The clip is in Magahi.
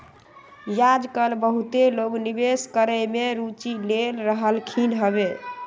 याजकाल बहुते लोग निवेश करेमे में रुचि ले रहलखिन्ह हबे